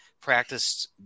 practiced